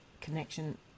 Connection